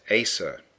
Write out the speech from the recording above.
Asa